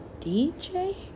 DJ